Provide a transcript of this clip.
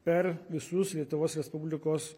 per visus lietuvos respublikos